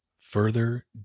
Further